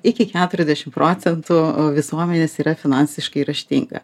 iki keturiasdešim procentų visuomenės yra finansiškai raštinga